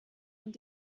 und